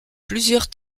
plusieurs